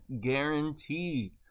guarantee